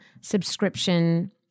subscription